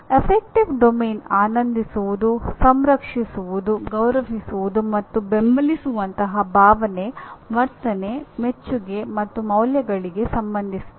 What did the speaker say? affective domain ಆನಂದಿಸುವುದು ಸಂರಕ್ಷಿಸುವುದು ಗೌರವಿಸುವುದು ಮತ್ತು ಬೆಂಬಲಿಸುವಂತಹ ಭಾವನೆ ವರ್ತನೆ ಮೆಚ್ಚುಗೆ ಮತ್ತು ಮೌಲ್ಯಗಳಿಗೆ ಸಂಬಂಧಿಸಿದೆ